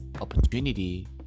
opportunity